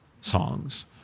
songs